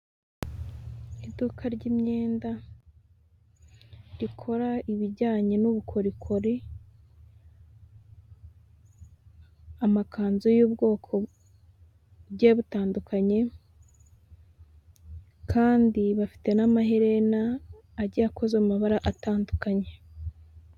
Iduka ry'imyenda rikora ibijyanye n'ubukorikori amakanzu y'ubwoko bugiye butandukanye kandi bafite n'amaherena agiye akoze mu mabara atandukanye.